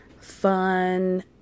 fun